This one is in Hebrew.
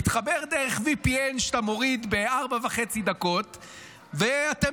מתחבר דרך VPN שאתה מוריד בארבע דקות וחצי,